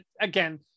again